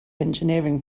engineering